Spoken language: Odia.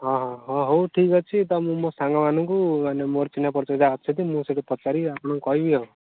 ହଁ ହଁ ହଁ ହଉ ଠିକ୍ ଅଛି ତ ମୁଁ ମୋ ସାଙ୍ଗ ମାନଙ୍କୁ ମାନେ ମୋର ଚିହ୍ନା ପରିଚୟ ଯାହା ଅଛନ୍ତି ମୁଁ ସେଇଠୁ ପଚାରି ଆପଣଙ୍କୁ କହିବି ଆଉ